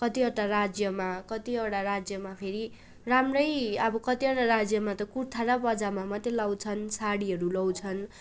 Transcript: कतिवटा राज्यमा कतिवटा राज्यमा फेरि राम्रै अब कतिवटा राज्यमा त कुर्ता र पाइजामा मात्रै लाउँछन् साडीहरू लाउँछन्